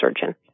surgeon